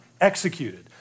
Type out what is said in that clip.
executed